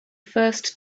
first